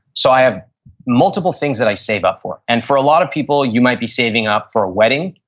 so i have multiple things that i save up for and for a lot of people you might be saving up for a wedding,